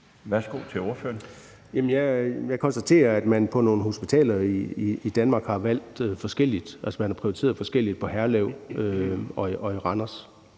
Egge Rasmussen (EL): Jeg konstaterer, at man på nogle hospitaler i Danmark har valgt forskelligt. Man har prioriteret forskelligt på hospitalerne